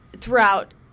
throughout